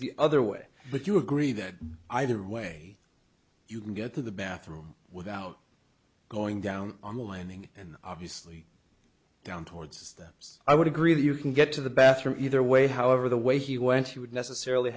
the other way but you agree that either way you can get to the bathroom without going down on the landing and obviously down towards the steps i would agree that you can get to the bathroom either way however the way he went she would necessarily